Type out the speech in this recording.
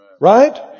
Right